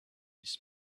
this